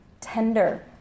Tender